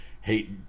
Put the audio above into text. hate